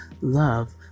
love